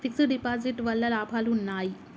Fix డ్ deposit వల్ల లాభాలు ఉన్నాయి?